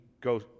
go